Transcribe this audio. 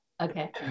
Okay